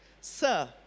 Sir